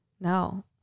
No